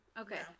Okay